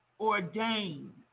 Ordained